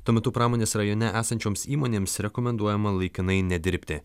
tuo metu pramonės rajone esančioms įmonėms rekomenduojama laikinai nedirbti